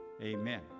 Amen